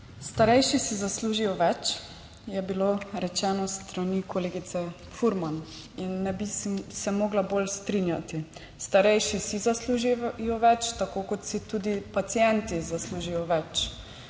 Starejši si zaslužijo več, je bilo rečeno s strani kolegice Furman in ne bi se mogla bolj strinjati, starejši si zaslužijo več, tako kot si tudi pacienti zaslužijo več.